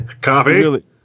Copy